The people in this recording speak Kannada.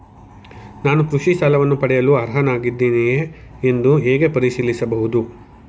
ನಾನು ಕೃಷಿ ಸಾಲವನ್ನು ಪಡೆಯಲು ಅರ್ಹನಾಗಿದ್ದೇನೆಯೇ ಎಂದು ಹೇಗೆ ಪರಿಶೀಲಿಸಬಹುದು?